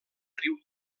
riu